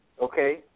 okay